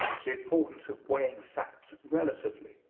the importance of weighing facts relatively.